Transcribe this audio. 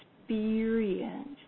experience